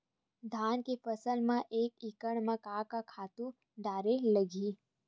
धान के फसल म एक एकड़ म का का खातु डारेल लगही?